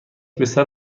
پسر